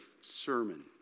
sermon